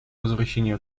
возвращения